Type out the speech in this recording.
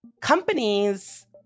companies